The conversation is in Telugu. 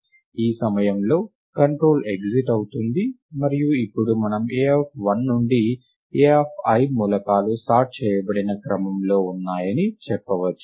ఈ సమయంలో కంట్రోల్ ఎగ్జిట్ అవుతుంది మరియు ఇప్పుడు మనం A1 నుండి Ai మూలకాలు సార్ట్ చేయబడిన క్రమంలో ఉన్నాయని చెప్పవచ్చు